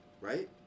right